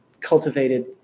cultivated